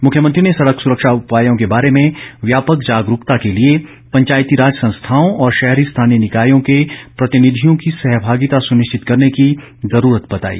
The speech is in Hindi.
मुख्यमंत्री ने सड़क सुरक्षा उपायों के बारे में व्यापक जागरूकता के लिए पंचायतीराज संस्थाओं और शहरी स्थानीय निकायों के प्रतिनिधियों की सहभागिता सुनिश्चित करने की जुरूरत बताई